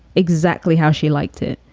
exactly how she liked it.